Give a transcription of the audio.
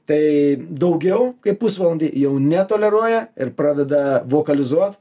tai daugiau kaip pusvalandį jau netoleruoja ir pradeda vokalizuot